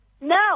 No